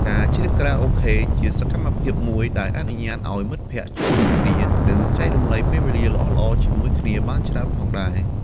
ការច្រៀងខារ៉ាអូខេជាសកម្មភាពមួយដែលអនុញ្ញាតឱ្យមិត្តភក្តិជួបជុំគ្នា និងចែករំលែកពេលវេលាល្អៗជាមួយគ្នាបានច្រើនផងដែរ។